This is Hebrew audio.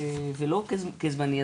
זה לא כזמני,